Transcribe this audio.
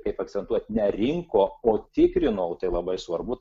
kaip akcentuoti nerinko o tikrinau tai labai svarbu